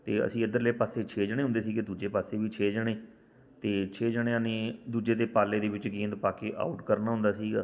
ਅਤੇ ਅਸੀਂ ਇੱਧਰਲੇ ਪਾਸੇ ਛੇ ਜਣੇ ਹੁੰਦੇ ਸੀਗੇ ਦੂਜੇ ਪਾਸੇ ਵੀ ਛੇ ਜਣੇ ਅਤੇ ਛੇ ਜਣਿਆਂ ਨੇ ਦੂਜੇ ਦੇ ਪਾਲੇ ਦੇ ਵਿੱਚ ਗੇਂਦ ਪਾ ਕੇ ਆਊਟ ਕਰਨਾ ਹੁੰਦਾ ਸੀਗਾ